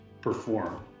perform